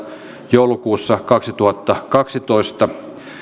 joulukuussa kaksituhattakaksitoista